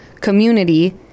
community